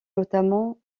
notamment